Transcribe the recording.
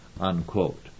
unquote